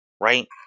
right